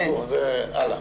הלאה.